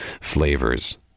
flavors